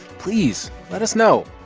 please let us know.